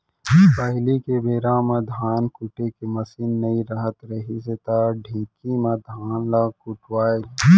पहिली के बेरा म धान कुटे के मसीन नइ रहत रहिस त ढेंकी म धान ल कूटयँ